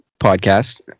podcast